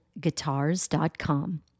guitars.com